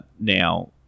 now